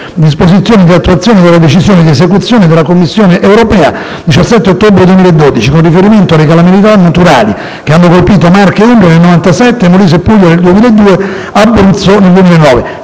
«Disposizioni di attuazione della decisione di esecuzione della Commissione europea 17 ottobre 2012, con riferimento alle calamità naturali che hanno colpito Marche ed Umbria nel 1997, Molise e Puglia nel 2002, Abruzzo nel 2009».